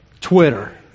Twitter